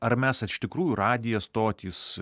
ar mes iš tikrųjų radijo stotys